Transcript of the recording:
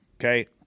okay